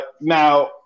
Now